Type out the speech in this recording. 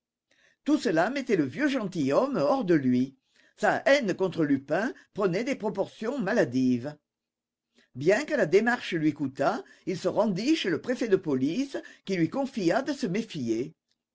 tout cela mettait le vieux gentilhomme hors de lui sa haine contre lupin prenait des proportions maladives bien que la démarche lui coûtât il se rendit chez le préfet de police qui lui conseilla de se méfier